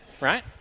right